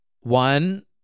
One